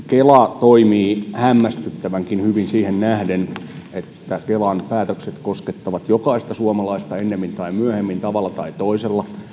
kela toimii hämmästyttävänkin hyvin siihen nähden että kelan päätökset koskettavat jokaista suomalaista ennemmin tai myöhemmin tavalla tai toisella